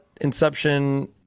inception